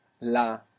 la